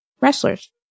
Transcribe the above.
Wrestlers